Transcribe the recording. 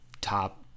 top